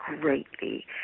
greatly